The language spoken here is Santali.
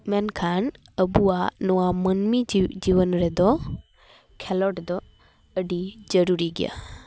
ᱢᱮᱱᱠᱷᱟᱱ ᱟᱵᱚᱣᱟᱜ ᱱᱚᱣᱟ ᱢᱟᱹᱱᱢᱤ ᱡᱤᱣᱤ ᱡᱤᱵᱚᱱ ᱨᱮᱫᱚ ᱠᱷᱮᱞᱳᱰ ᱫᱚ ᱟᱹᱰᱤ ᱡᱟᱨᱩᱨᱤ ᱜᱮᱭᱟ